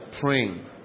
praying